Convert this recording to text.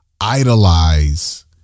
idolize